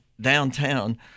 downtown